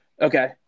Okay